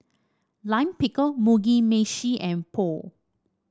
Lime Pickle Mugi Meshi and Pho